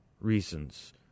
reasons